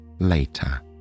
later